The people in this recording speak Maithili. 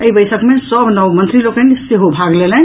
एहि बैसक मे सभ नव मंत्री लोकनि सेहो भाग लेलनि